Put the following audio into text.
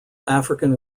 african